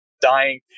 dying